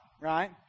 right